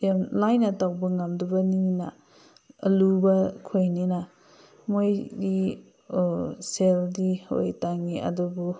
ꯌꯥꯝ ꯂꯥꯏꯅ ꯇꯧꯕ ꯉꯝꯗꯕꯅꯤꯅ ꯑꯔꯨꯕ ꯈꯣꯏꯅꯤꯅ ꯃꯣꯏꯒꯤ ꯁꯦꯜꯗꯤ ꯍꯣꯏ ꯇꯥꯡꯉꯦ ꯑꯗꯨꯕꯨ